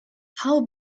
how